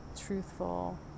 truthful